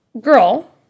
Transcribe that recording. girl